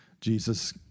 Jesus